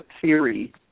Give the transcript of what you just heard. theory